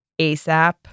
ASAP